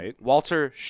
Walter